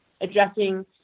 addressing